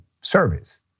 service